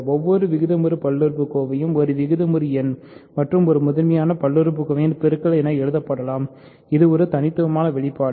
ஒவ்வொரு விகிதமுறு பல்லுறுப்புக்கோவையும் ஒரு விகிதமுறு எண் மற்றும் ஒரு முதன்மையான பல்லுறுப்புக்கோவையின் பெருக்கல் என எழுதப்படலாம் இது ஒரு தனித்துவமான வெளிப்பாடு